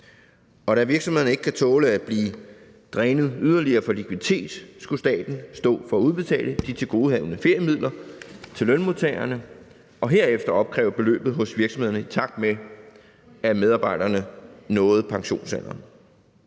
Da virksomhederne ikke kan tåle at blive drænet yderligere for likviditet, skulle staten stå for at udbetale de tilgodehavende feriemidler til lønmodtagerne og herefter opkræve beløbet hos virksomhederne, i takt med at medarbejderne nåede pensionsalderen.